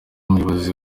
umuyobozi